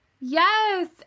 Yes